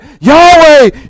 Yahweh